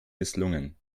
misslungen